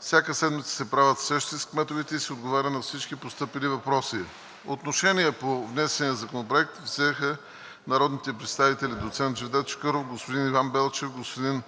Всяка седмица се правят срещи с кметовете и се отговаря на всички постъпили въпроси. Отношение по внесения законопроект взеха народните представители доцент Джевдет Чакъров, господин Иван Белчев, господин